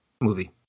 movie